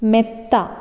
മെത്ത